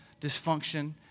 dysfunction